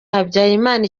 habyarimana